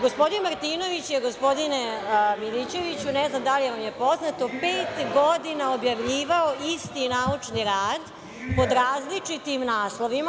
Gospodin Martinović je, gospodine Milićeviću, ne znam da li vam je poznato, pet godina objavljivao isti naučni rad pod različitim naslovima.